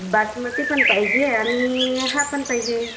बासमती पण पाहिजे आणि हा पण पाहिजे